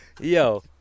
Yo